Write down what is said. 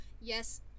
Yes